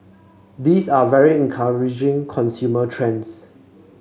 these are very encouraging consumer trends